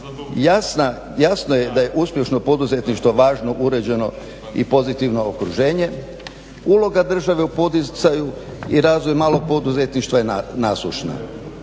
jasno je da je uspješno poduzetništvo važno uređeno i pozitivno okruženje, uloga države u poticaju i razvoj malog poduzetništva je nasušna.